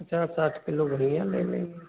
पचास साठ किलो धनिया ले लेंगे